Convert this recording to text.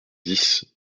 dix